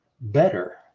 better